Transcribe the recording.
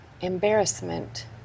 embarrassment